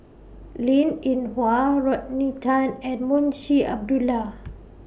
Linn in Hua Rodney Tan and Munshi Abdullah